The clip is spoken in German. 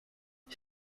ich